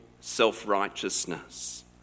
self-righteousness